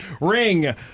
Ring